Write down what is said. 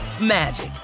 magic